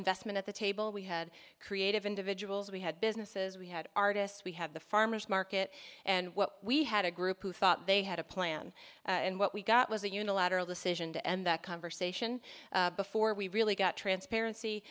investment at the table we had creative individuals we had businesses we had artists we had the farmer's market and what we had a group who thought they had a plan and what we got was a unilateral decision to end that conversation before we really got transparency